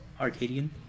arcadian